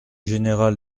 général